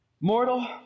Mortal